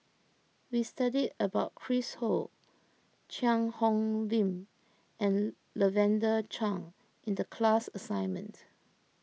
we studied about Chris Ho Cheang Hong Lim and Lavender Chang in the class assignment